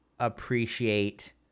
appreciate